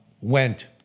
went